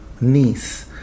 niece